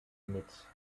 mit